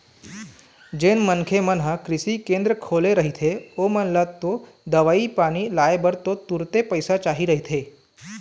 जेन मनखे मन ह कृषि केंद्र खोले रहिथे ओमन ल तो दवई पानी लाय बर तो तुरते पइसा चाही रहिथे